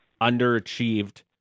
underachieved